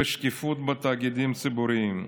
שקיפות בתאגידים ציבוריים.